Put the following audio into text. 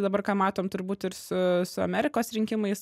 dabar ką matom turbūt ir su su amerikos rinkimais